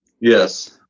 Yes